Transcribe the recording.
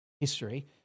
history